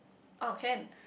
oh can